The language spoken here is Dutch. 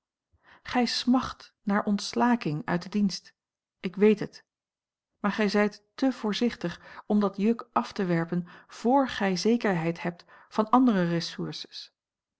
gij smacht naar ontslaking uit den dienst ik weet het maar gij zijt te voorzichtig om dat juk af te werpen vr gij zekerheid hebt van andere ressources